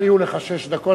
הפריעו לך שש דקות,